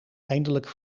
eindelijk